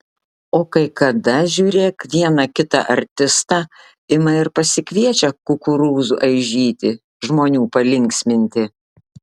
o kai kada žiūrėk vieną kitą artistą ima ir pasikviečia kukurūzų aižyti žmonių palinksminti